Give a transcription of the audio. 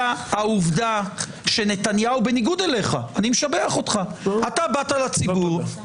העובדה שנתניהו בניגוד אליך אני משבח אותך אתה באת לציבור,